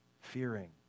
Fearing